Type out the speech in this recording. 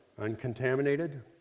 uncontaminated